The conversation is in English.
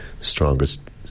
strongest